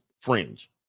fringe